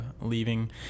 leaving